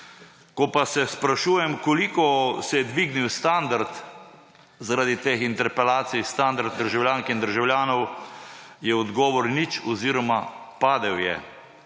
ko pa se sprašujem, koliko se je dvignil standard zaradi teh interpelacij, standard državljank in državljanov, je odgovor nič oziroma padel je.